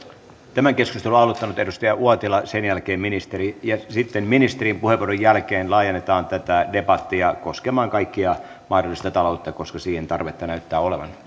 tämän keskustelun aloittanut edustaja uotila sen jälkeen ministeri ja sitten ministerin puheenvuoron jälkeen laajennetaan tätä debattia koskemaan kaikkea mahdollista taloutta koska siihen tarvetta näyttää olevan